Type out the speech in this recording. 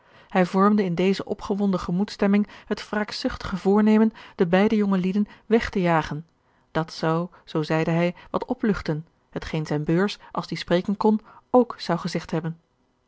hij vormde in deze opgewonden gemoedsstemming het wraakzuchtige voornemen de beide jonge lieden weg te jagen dat zou zoo zeide hij wat opluchten hetgeen zijne beurs als die spreken kon ook zou gezegd hebben